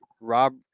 Rob